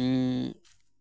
ᱩᱸᱜ